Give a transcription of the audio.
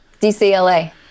DCLA